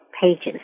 pages